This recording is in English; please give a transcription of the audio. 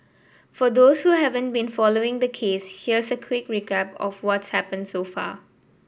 for those who haven't been following the case here's a quick recap of what's happened so far